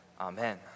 Amen